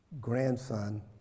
grandson